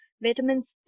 Vitamins